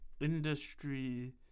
industry